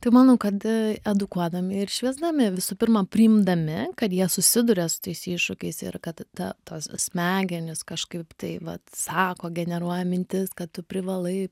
tai manau kad edukuodami ir šviesdami visų pirma priimdami kad jie susiduria su tais iššūkiais ir kad ta tos smegenys kažkaip tai vat sako generuoja mintis kad tu privalai